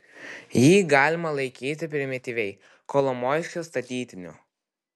jį galima laikyti primityviai kolomoiskio statytiniu